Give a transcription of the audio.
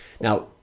Now